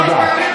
תודה.